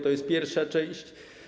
To jest pierwsza część.